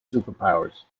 superpowers